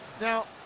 Now